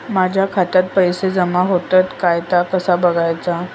माझ्या खात्यात पैसो जमा होतत काय ता कसा बगायचा?